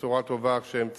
בצורה טובה כשהם צריכים.